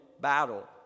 battle